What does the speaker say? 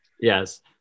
Yes